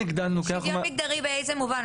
שוויון מגדרי באיזה מובן?